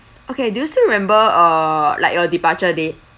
okay do you still remember err like your departure date